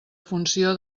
funció